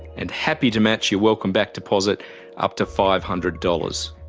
and happy to match your welcome back deposit up to five hundred dollars.